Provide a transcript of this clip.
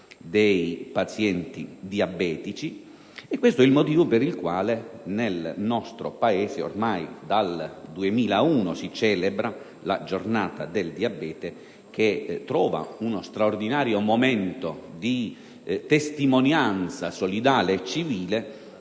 dei pazienti diabetici. Questo è il motivo per il quale nel nostro Paese, ormai dal 2001, si celebra la Giornata del diabete, che trova uno straordinario momento di testimonianza solidale e civile